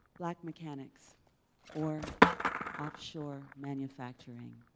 black mechanics or off-shore manufacturing,